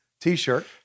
t-shirt